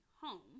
home